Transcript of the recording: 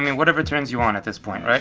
and whatever turns you on at this point.